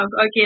Okay